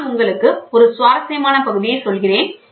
நான் உங்களுக்கு ஒரு சுவாரஸ்யமான பகுதியை சொல்கிறேன்